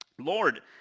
Lord